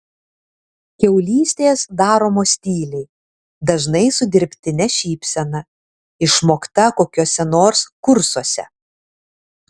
kiaulystės daromos tyliai dažnai su dirbtine šypsena išmokta kokiuose nors kursuose